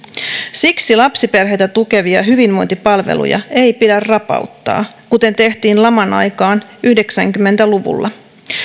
siksi lapsiperheitä tukevia hyvinvointipalveluja ei pidä rapauttaa kuten tehtiin laman aikaan yhdeksänkymmentä luvulla